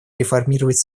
реформировать